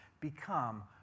become